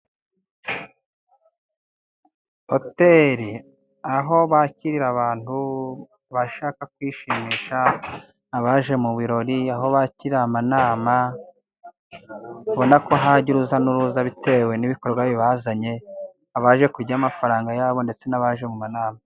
Hoteri aho bakirira abantu bashaka kwishimisha, abaje mu birori, aho bakirira nama ubona ko haza urujyanuruza, bitewe n' ibikorwa bibazanye, abaje kurya amafaranga yabo ndetse n' abaje mu nama.